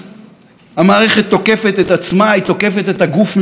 הפוליטיקה הזאת, שאמורה הייתה לעבוד אצל האזרחים,